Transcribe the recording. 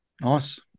Nice